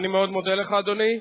אני מאוד מודה לך, אדוני.